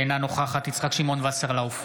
אינה נוכחת יצחק שמעון וסרלאוף,